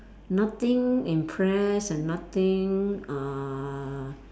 nothing impress and nothing uh